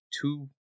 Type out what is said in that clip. two